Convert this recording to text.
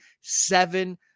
seven